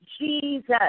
Jesus